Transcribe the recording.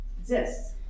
exists